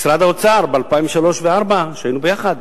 משרד האוצר ב-2003 ו-2004, כשהיינו ביחד.